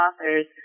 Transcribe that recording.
authors